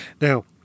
Now